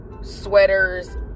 sweaters